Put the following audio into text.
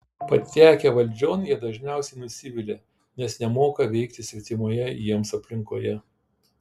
patekę valdžion jie dažniausiai nusivilia nes nemoka veikti svetimoje jiems aplinkoje